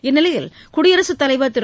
இந்நிலையில் குடியரசுத் தலைவர் திரு